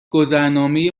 گذرنامه